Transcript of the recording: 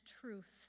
truth